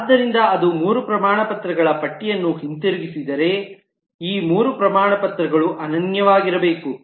ಆದ್ದರಿಂದ ಅದು ಮೂರು ಪ್ರಮಾಣಪತ್ರಗಳ ಪಟ್ಟಿಯನ್ನು ಹಿಂದಿರುಗಿಸಿದರೆ ಈ 3 ಪ್ರಮಾಣಪತ್ರಗಳು ಅನನ್ಯವಾಗಿರಬೇಕು